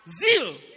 zeal